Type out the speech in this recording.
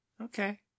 Okay